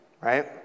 right